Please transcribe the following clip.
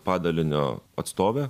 padalinio atstovė